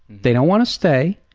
they don't want to stay,